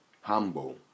Humble